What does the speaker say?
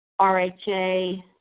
RHA